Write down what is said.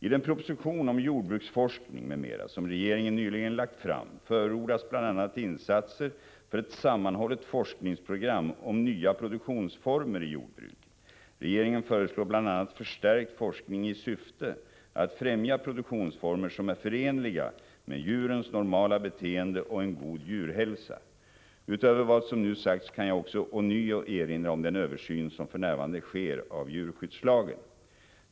I den proposition om jordbruksforskning m.m. som regeringen nyligen lagt fram förordas bl.a. insatser för ett sammanhållet forskningsprogram om nya produktionsformer i jordbruket. Regeringen föreslår bl.a. förstärkt forskning i syfte att främja produktionsformer som är förenliga med djurens normala beteende och en god djurhälsa. Utöver vad som nu sagts kan jag också ånyo erinra om den översyn som för närvarande sker av djurskyddslagen.